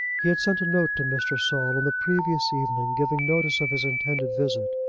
he had sent a note to mr. saul on the previous evening giving notice of his intended visit,